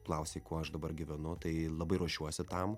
klausei kuo aš dabar gyvenu tai labai ruošiuosi tam